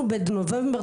אנחנו בנובמבר,